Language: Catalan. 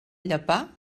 llepar